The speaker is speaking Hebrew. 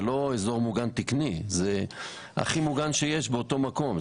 זה לא אזור מוגן תקני אלא זה הכי מוגן שיש באותו מקום.